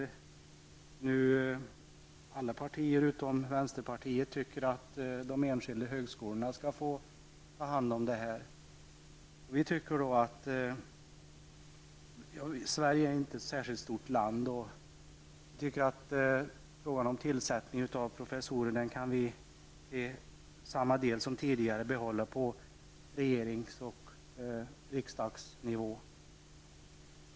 Alla partier utom vänsterpartiet tycker att de enskilda högskolorna skall handha dessa. Sverige är inte ett särskilt stort land, och vi tycker att frågan om tillsättning av professorer skall ligga kvar på regerings och riksdagsnivå.